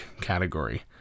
category